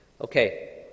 Okay